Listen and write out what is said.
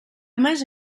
més